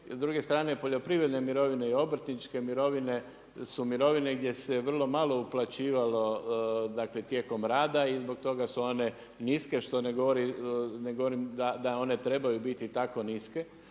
S druge strane poljoprivredne mirovine i obrtničke mirovine su mirovine gdje se vrlo malo uplaćivalo, dakle tijekom rada i zbog toga su one niske što ne govorim da one trebaju biti tako niske.